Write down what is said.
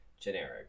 generic